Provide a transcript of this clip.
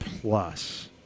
plus